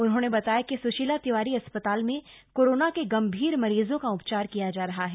उन्होंने बताया कि सुशीला तिवारी अस्पताल में कोरोना के गंभीर मरीजों का उपचार किया जा रहा है